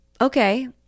Okay